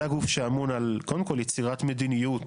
זה הגוף שאמון על קודם כל יצירת מדיניות